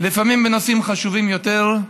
לפעמים בנושאים חשובים יותר,